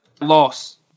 loss